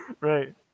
Right